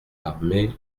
armé